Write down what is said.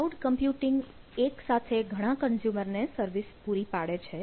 cloud computing એક સાથે ઘણા કન્ઝ્યુમરને સર્વિસ પૂરી પાડે છે